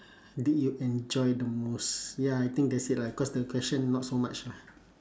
did you enjoy the most ya I think that's it lah cause the question not so much lah